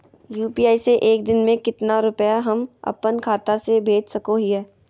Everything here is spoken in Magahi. यू.पी.आई से एक दिन में कितना रुपैया हम अपन खाता से भेज सको हियय?